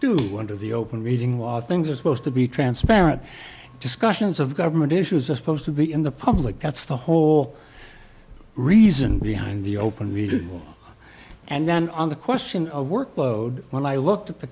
do under the open meeting lot things are supposed to be transparent discussions of government issues a supposed to be in the public that's the whole reason behind the open meeting and then on the question of workload when i looked at the